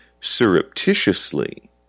surreptitiously